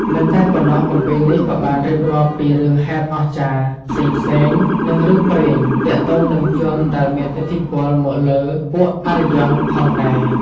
មិនតែប៉ុណ្ណោះ គម្ពីរនេះក៏បានរៀបរាប់ពី រឿងហេតុអស្ចារ្យ ផ្សេងៗ និង រឿងព្រេង ទាក់ទងនឹងជនដែលមានឥទ្ធិពលមកលើពួកអារ្យ័នផងដែរ។